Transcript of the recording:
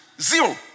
Zero